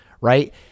right